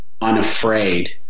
unafraid